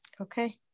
Okay